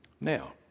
Now